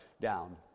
down